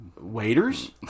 waiters